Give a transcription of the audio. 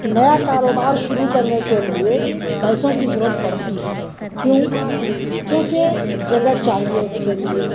نیا کاروبار شروع کرنے کے لیے پیسوں کی ضرورت پڑتی ہے کیوں کیونکہ جگہ چاہیے اس کے لیے